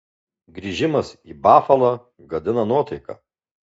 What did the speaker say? grįžimas į bafalą gadina nuotaiką